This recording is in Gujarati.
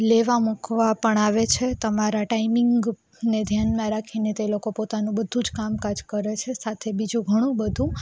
લેવા મૂકવાં પણ આવે છે તમારા ટાઈમિંગને ધ્યાનમાં રાખીને તે લોકો પોતાનું બધુ જ કામકાજ કરે છે સાથે બીજું ઘણું બધું